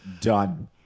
Done